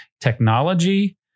technology